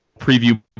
preview